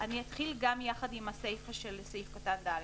אתחיל יחד עם הסיפא של סעיף (ד).